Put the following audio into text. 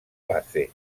base